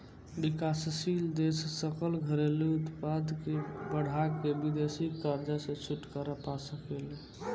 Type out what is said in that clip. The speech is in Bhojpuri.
विकासशील देश सकल घरेलू उत्पाद के बढ़ा के विदेशी कर्जा से छुटकारा पा सके ले